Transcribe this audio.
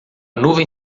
nuvem